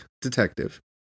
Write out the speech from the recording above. detective